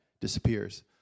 disappears